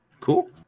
Cool